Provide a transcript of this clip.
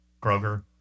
Kroger